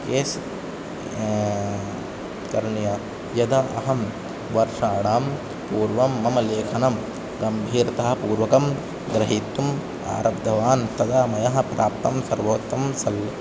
case करणीया यदा अहं वर्षाणां पूर्वं मम लेखनं गम्भीरतया पूर्वकं गृहीतुम् आरब्धवान् तदा मया प्राप्तं सर्वोत्तमं सल्